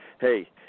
hey